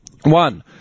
One